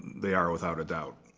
they are, without a doubt.